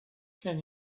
can